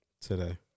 today